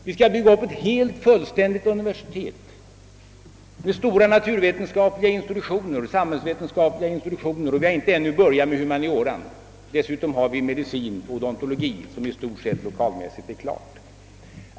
Vi skall bygga upp ett fullständigt universitet med stora naturvetenskapliga och samhällsvetenskapliga institutioner, och vi har ännu inte börjat med humanioran. Dessutom har vi fakulteten i medicin och odontologi som i stort sett är färdig lokalmässigt.